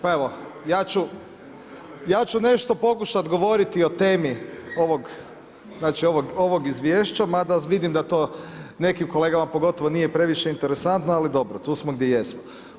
Pa evo ja ću nešto pokušat govoriti o temi ovog izvješća mada vidim da to nekim kolegama pogotovo nije previše interesantno, ali dobro, tu smo gdje jesmo.